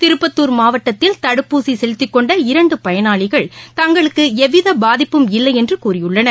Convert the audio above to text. திருப்பத்தூர் மாவட்டத்தில் தடுப்பூசிசெலுத்திக்கொண்ட இரண்டுபயனாளிகள் தங்களுக்குளந்தபாதிப்பும் இல்லையென்றுகூறியுள்ளனர்